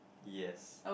yes